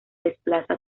desplaza